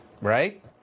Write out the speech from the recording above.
right